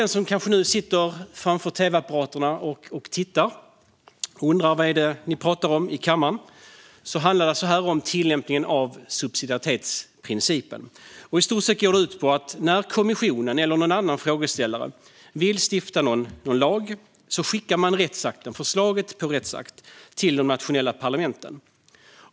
Någon kanske sitter framför tv-apparaten och tittar och undrar vad det är vi pratar om i kammaren i dag. Detta handlar alltså om tillämpningen av subsidiaritetsprincipen. I stort sett går det ut på att man, när kommissionen eller en annan frågeställare vill stifta en lag, skickar förslaget till rättsakt till de nationella parlamenten.